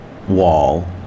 Wall